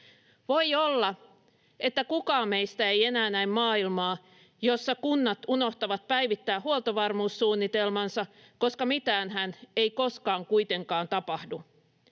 Voi olla, että kukaan meistä ei enää näe maailmaa, jossa kunnat unohtavat päivittää huoltovarmuussuunnitelmansa, koska mitäänhän ei koskaan kuitenkaan tapahdu.